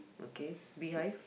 okay behave